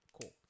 Cool